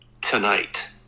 tonight